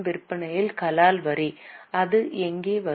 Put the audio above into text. விற்பனையில் கலால் வரி அது எங்கே வரும்